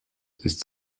ist